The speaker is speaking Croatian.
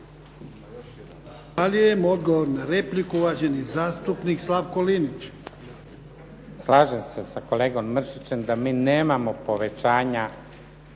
Slažem se sa kolegom Mršićem da mi nemamo povećanja